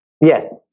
Yes